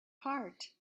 heart